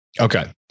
Okay